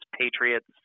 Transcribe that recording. patriots